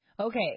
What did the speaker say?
Okay